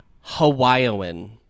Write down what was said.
hawaiian